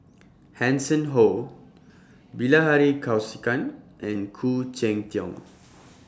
Hanson Ho Bilahari Kausikan and Khoo Cheng Tiong